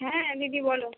হ্যাঁ দিদি বলো